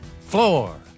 Floor